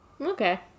Okay